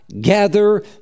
gather